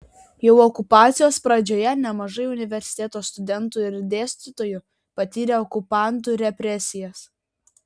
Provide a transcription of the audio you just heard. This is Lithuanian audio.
jau okupacijos pradžioje nemažai universiteto studentų ir dėstytojų patyrė okupantų represijas